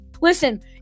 Listen